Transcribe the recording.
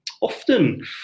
often